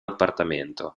appartamento